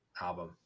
album